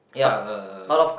ya uh